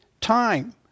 time